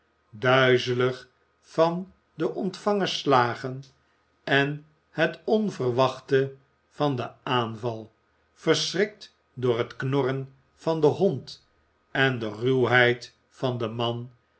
duizelig van de ontvangen slagen en het onverwachte van den aanval verschrikt door het knorren van den hond en de ruwheid van den man